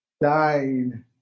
dying